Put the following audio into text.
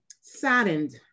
saddened